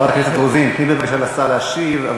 חברת הכנסת רוזין, תני בבקשה לשר להשיב.